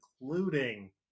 including